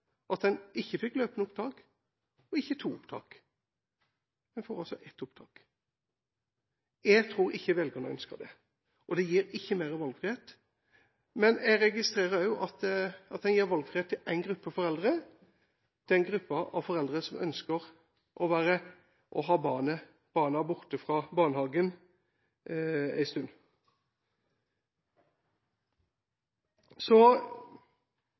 ikke to opptak, men ett opptak. Jeg tror ikke velgerne ønsker det, og det gir ikke mer valgfrihet. Jeg registrerer også at en gir valgfrihet til én gruppe foreldre; den gruppen foreldre som ønsker å ha barna borte fra barnehagen